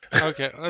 okay